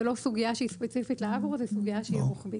זו לא סוגייה שהיא ספציפית לאגרו; זו סוגיה שהיא רוחבית.